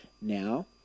now